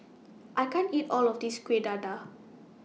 I can't eat All of This Kuih Dadar